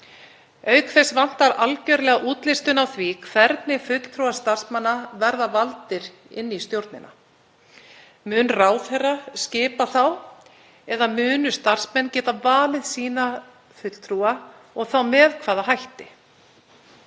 Auk þess vantar algerlega útlistun á því hvernig fulltrúar starfsmanna verða valdir inn í stjórnina. Mun ráðherra skipa þá eða munu starfsmenn geta valið sína fulltrúa, og þá með hvaða hætti?